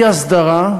אי-הסדרה,